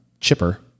chipper